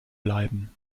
bleiben